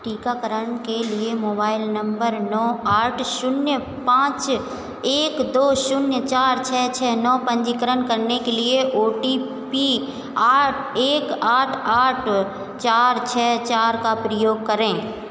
टीकाकरण के लिए मोबाइल नंबर नौ आठ शून्य पाँच एक दो शून्य चार छ छ नौ पंजीकरण करने के लिए ओ टी पी आठ एक आठ आठ चार छ चार का प्रयोग करें